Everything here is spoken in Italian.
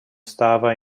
stava